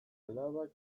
alabak